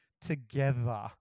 together